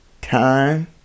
time